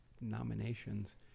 nominations